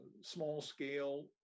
small-scale